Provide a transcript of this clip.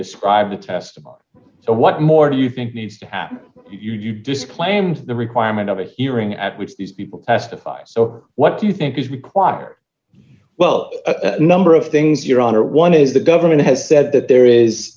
describe the test so what more do you think needs to happen you disclaimed the requirement of a hearing at which these people testified so what do you think is required well a number of things your honor one is the government has said that there is